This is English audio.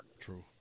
True